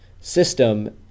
system